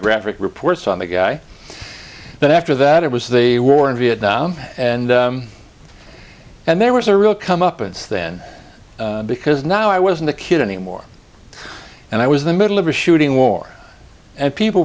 graphic reports on the guy but after that it was the war in vietnam and and there was a real comeuppance then because now i wasn't a kid anymore and i was the middle of a shooting war and people